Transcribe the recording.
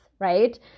right